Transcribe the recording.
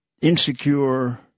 insecure